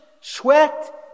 sweat